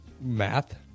Math